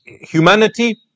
humanity